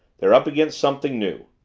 they're up against something new.